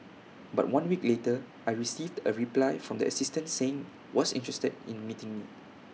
but one week later I received A reply from the assistant saying was interested in meeting me